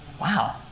wow